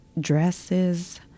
dresses